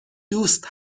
دوست